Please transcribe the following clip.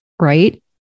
right